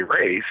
race